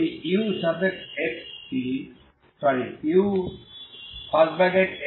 যদি